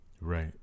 Right